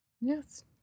Yes